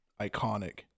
Iconic